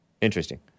interesting